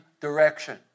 direction